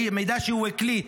המידע שהוא הקליט,